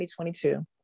2022